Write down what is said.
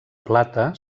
plata